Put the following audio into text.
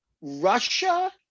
Russia